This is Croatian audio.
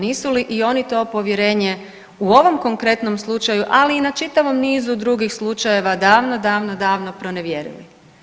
Nisu li i oni to povjerenje u ovom konkretnom slučaju, ali i na čitavom nizu drugih slučajeva davno, davno, davno pronevjerili.